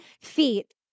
feet